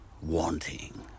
wanting